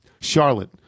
Charlotte